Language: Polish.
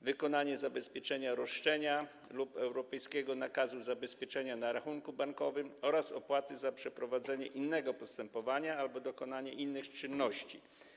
wykonanie zabezpieczenia roszczenia lub europejskiego nakazu zabezpieczenia na rachunku bankowym oraz opłaty za przeprowadzenie innego postępowania albo dokonanie innych czynności.